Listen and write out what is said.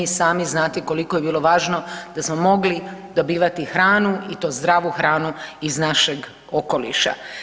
Sami znate koliko je bilo važno da smo mogli dobivati hranu i to zdravu hranu iz našeg okoliša.